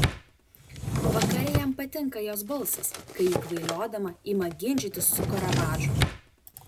vakare jam patinka jos balsas kai ji kvailiodama ima ginčytis su karavadžu